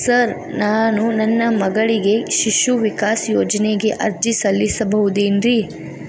Sir ನಾನು ನನ್ನ ಮಗಳಿಗೆ ಶಿಶು ವಿಕಾಸ್ ಯೋಜನೆಗೆ ಅರ್ಜಿ ಸಲ್ಲಿಸಬಹುದೇನ್ರಿ?